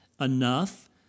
enough